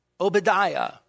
Obadiah